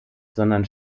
sondern